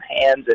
hands